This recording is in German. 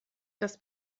das